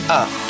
up